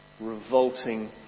revolting